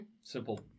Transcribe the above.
simple